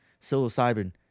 psilocybin